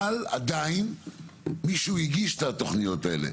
אבל עדיין מישהו הגיש את התוכניות האלה,